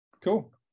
Cool